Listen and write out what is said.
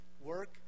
work